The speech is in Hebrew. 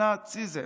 הנאציזם.